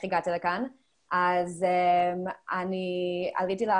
הייתי שנה וחצי בישיבה בחיפה והתגייסי עם עשרה חברים.